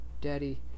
Daddy